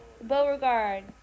Beauregard